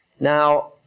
Now